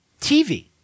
TV